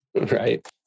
Right